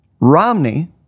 Romney